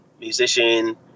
musician